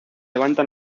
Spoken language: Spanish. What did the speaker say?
levanta